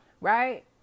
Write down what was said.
right